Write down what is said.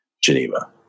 Geneva